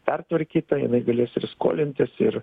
pertvarkyta jinai galės ir skolintis ir